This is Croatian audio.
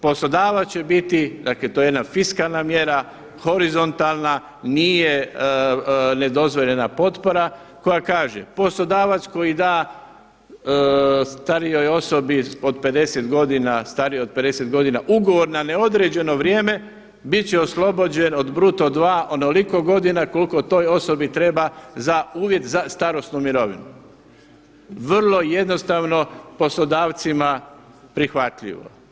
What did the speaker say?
Poslodavac će biti, dakle to je jedna fiskalna mjera, horizontalna, nije nedozvoljena potpora koja kaže: „Poslodavac koji da starijoj osobi od 50 godina ugovor na neodređeno vrijeme bit će oslobođen od bruto dva onoliko godina koliko toj osobi treba uvjet za starosnu mirovinu.“ Vrlo jednostavno, poslodavcima prihvatljivo.